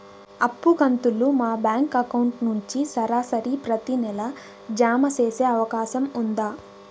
అప్పు కంతులు మా బ్యాంకు అకౌంట్ నుంచి సరాసరి ప్రతి నెల జామ సేసే అవకాశం ఉందా?